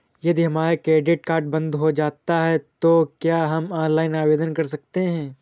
यदि हमारा credit card बंद हो जाता है तो क्या हम ऑनलाइन आवेदन कर सकते हैं?